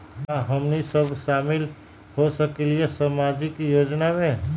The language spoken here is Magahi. का हमनी साब शामिल होसकीला सामाजिक योजना मे?